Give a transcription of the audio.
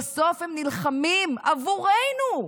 בסוף הם נלחמים עבורנו,